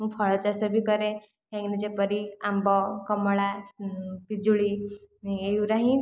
ମୁଁ ଫଳ ଚାଷ ବି କରେ ଯେପରି ଆମ୍ବ କମଳା ପିଜୁଳି ଏ ଗୁଡ଼ା ହିଁ